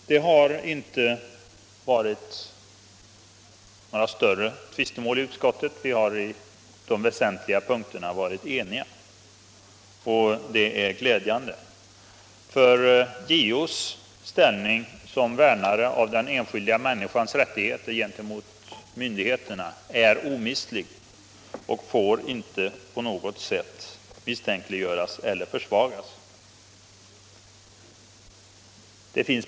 Det har inte varit några större tvistemål i utskottet, utan vi har på de väsentliga punkterna varit eniga. Det är glädjande. JO:s ställning som värnare av den enskilda människans rättigheter gentemot myndigheterna är en omistlig tillgång och får inte på något sätt misstänkliggöras eller försvagas.